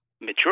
mature